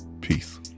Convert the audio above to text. Peace